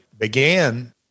began